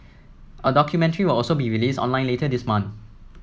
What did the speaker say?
a documentary will also be release online later this month